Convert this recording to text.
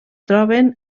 troben